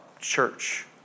church